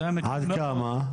עד כמה?